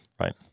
Right